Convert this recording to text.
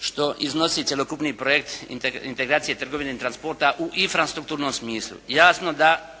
što iznosi cjelokupni projekt integracije trgovine i transporta u infrastrukturnom smislu. Jasno da